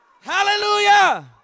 hallelujah